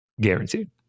guaranteed